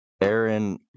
Aaron